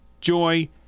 Joy